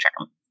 term